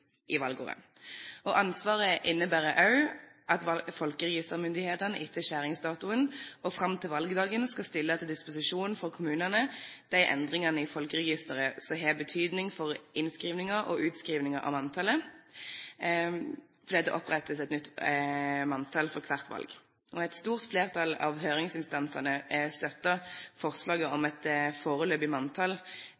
i valgåret. Ansvaret innebærer også at folkeregistermyndigheten etter skjæringsdatoen og fram til valgdagen skal stille til disposisjon for kommunene de endringene i folkeregisteret som har betydning for innskrivninger og utskrivninger av manntallet, fordi det opprettes et nytt manntall for hvert valg. Et stort flertall av høringsinstansene støtter forslaget om